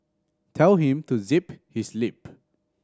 tell him to zip his lip